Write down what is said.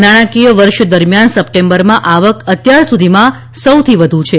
આ નાણાકીય વર્ષ દરમિયાન સપ્ટેમ્બરમાં આવક અત્યાર સુધીમાં સૌથી વધુ છે